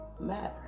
matter